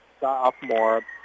sophomore